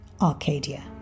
Arcadia